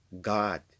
God